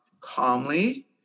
calmly